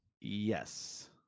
Yes